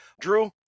Drew